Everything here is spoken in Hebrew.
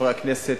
חברי הכנסת,